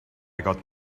got